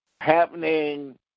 happening